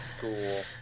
Cool